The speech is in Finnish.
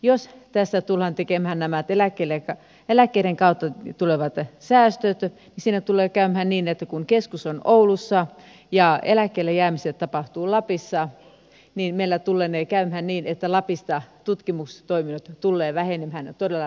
jos tässä tullaan tekemään nämä eläkkeiden kautta tulevat säästöt siinä tulee käymään niin että kun keskus on oulussa ja eläkkeelle jäämiset tapahtuvat lapissa niin lapissa tutkimustoiminnot tulevat vähenemään todella rajusti